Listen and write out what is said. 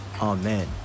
Amen